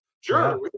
sure